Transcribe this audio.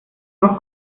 noch